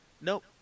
Nope